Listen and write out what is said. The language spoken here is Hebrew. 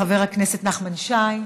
חבר הכנסת נחמן שי?